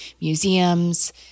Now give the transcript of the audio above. museums